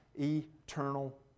eternal